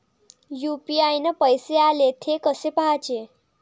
UPI न पैसे आले, थे कसे पाहाचे?